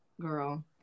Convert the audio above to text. girl